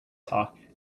talk